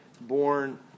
born